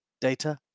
data